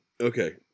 Okay